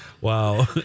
Wow